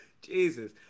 Jesus